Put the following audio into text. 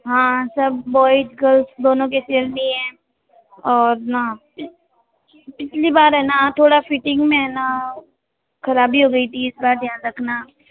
हाँ सब boys girls दोनों के सेम ही हैं और ना पिछली बार है ना थोड़ा फिटिंग में है ना ख़राबी हो गई थी इस बार ध्यान रखना